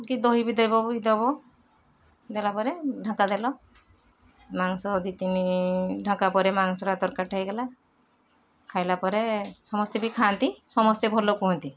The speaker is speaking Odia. କି ଦହି ବି ଦେବ ବି ଦବ ଦେଲାପରେ ଢାଙ୍କା ଦେଲ ମାଂସ ଦୁଇ ତିନି ଢାଙ୍କା ପରେ ମାଂସ ଟା ତରକାରୀ ଟା ହେଇଗଲା ଖାଇଲା ପରେ ସମସ୍ତେ ବି ଖାଆନ୍ତି ସମସ୍ତେ ଭଲ କୁହନ୍ତି